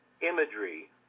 imagery